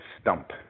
stump